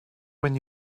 when